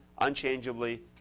unchangeably